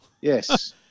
Yes